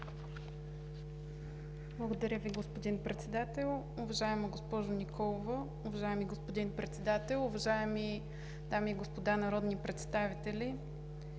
Благодаря Ви, господин Председател. Уважаема госпожо Николова, уважаеми господин Председател, уважаеми дами и господа народни представители!